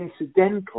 incidental